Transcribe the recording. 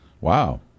Wow